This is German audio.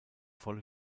volle